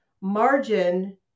margin